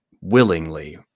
willingly